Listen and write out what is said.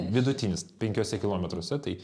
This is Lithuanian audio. vidutinis penkiuose kilometruose tai